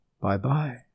Bye-bye